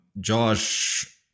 Josh